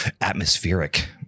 atmospheric